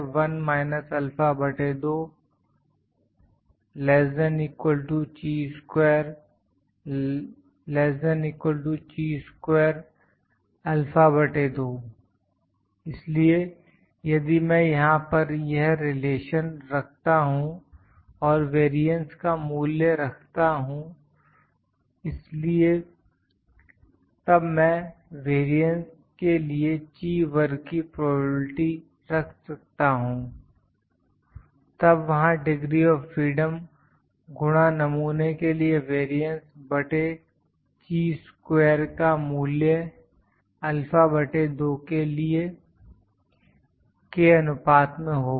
P इसलिए यदि मैं यहां पर यह रिलेशन रखता हूं और वेरियंस का मूल्य रखता हूं इसलिए तब मैं वेरियंस के लिए ची वर्ग की प्रोबेबिलिटी रख सकता हूं तब वहां डिग्री ऑफ फ़्रीडम गुणा नमूने के लिए वैरियेंस बटे ची स्क्वेर का मूल्य α बटे 2 के लिए के अनुपात में होगा